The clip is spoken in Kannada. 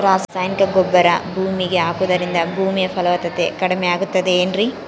ರಾಸಾಯನಿಕ ಗೊಬ್ಬರ ಭೂಮಿಗೆ ಹಾಕುವುದರಿಂದ ಭೂಮಿಯ ಫಲವತ್ತತೆ ಕಡಿಮೆಯಾಗುತ್ತದೆ ಏನ್ರಿ?